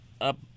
up